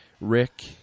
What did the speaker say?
Rick –